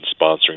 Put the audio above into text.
sponsoring